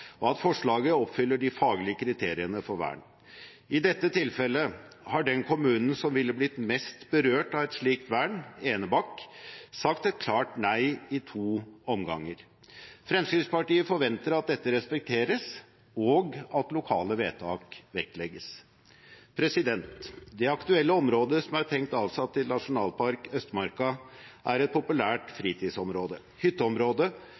og at forslaget oppfyller de faglige kriteriene for vern. I dette tilfellet har den kommunen som ville blitt mest berørt av et slikt vern, Enebakk, sagt et klart nei i to omganger. Fremskrittspartiet forventer at dette respekteres, og at lokale vedtak vektlegges. Det aktuelle området som er tenkt avsatt til nasjonalpark Østmarka, er et populært fritidsområde og hytteområde